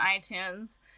itunes